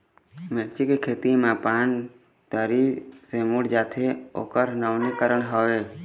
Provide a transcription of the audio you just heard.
मिर्ची के खेती मा पान तरी से मुड़े जाथे ओकर नवीनीकरण का हवे?